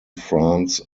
france